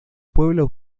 pueblo